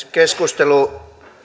keskustelu